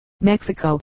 Mexico